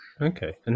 Okay